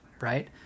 right